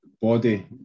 body